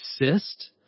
assist